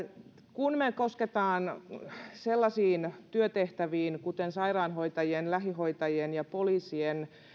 kun me koskemme sellaisien työtehtävien kuten sairaanhoitajien lähihoitajien ja poliisien